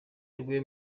rwe